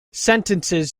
sentences